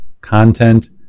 content